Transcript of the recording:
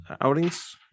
outings